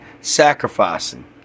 sacrificing